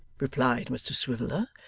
replied mr swiveller,